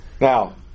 now